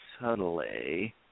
subtly